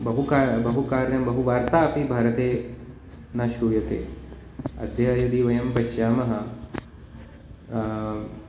बहु कार्यं बहु कार्यं बहुवार्ता अपि भारते न श्रूयते अद्य यदि वयं पश्यामः